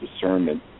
discernment